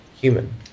human